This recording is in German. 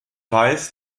weiß